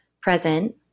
present